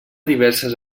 diverses